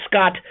Scott